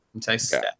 Texas